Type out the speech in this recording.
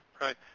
right